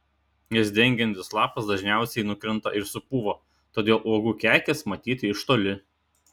jas dengiantis lapas dažniausiai nukrinta ir supūva todėl uogų kekės matyti iš toli